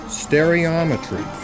stereometry